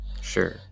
Sure